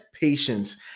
patience